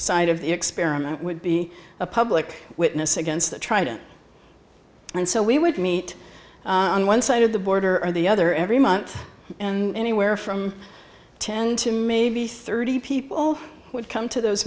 side of the experiment would be a public witness against the trident and so we would meet on one side of the border and the other every month and anywhere from ten to maybe thirty people would come to those